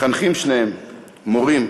מחנכים שניהם, מורים.